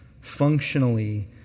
Functionally